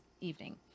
evening